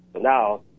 now